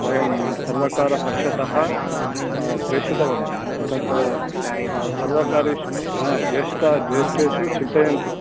वयं सर्वकारपक्षतः प्रेषितवन्तः तत् सर्वकारेषु हा ज्येष्ठाः ज्येष्ठेषु चिन्तयन्ति